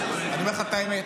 שבוע, אני אומר לך את האמת.